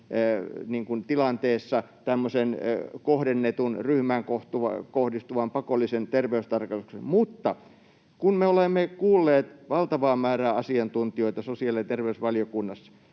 tämmöisen kohdennetun, ryhmään kohdistuvan, pakollisen terveystarkastuksen. Mutta kun me olemme kuulleet valtavaa määrää asiantuntijoita sosiaali- ja terveysvaliokunnassa,